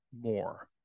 more